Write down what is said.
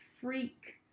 freak